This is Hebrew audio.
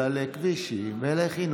אלא לכבישים ולחינוך,